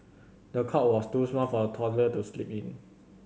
the cot was too small for the toddler to sleep in